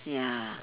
ya